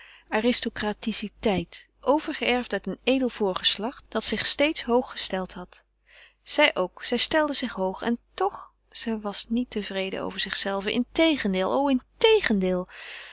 aristocraticiteit overgeërfd uit een edel voorgeslacht dat zich steeds hoog gesteld had zij ook zij stelde zich hoog en toch zij was niet tevreden over zichzelve integendeel o integendeel